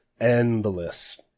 endless